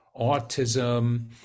autism